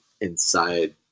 inside